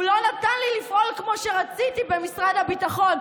הוא לא נתן לי לפעול כמו שרציתי במשרד הביטחון.